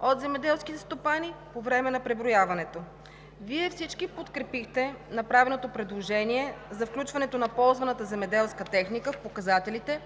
от земеделските стопани по време на преброяването. Вие всички подкрепихте направеното предложение за включването на ползваната земеделска техника в показателите.